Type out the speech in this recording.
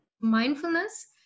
mindfulness